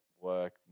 work